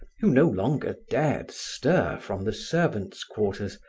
who no longer dared stir from the servants' quarters,